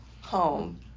home